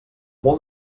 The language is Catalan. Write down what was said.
molt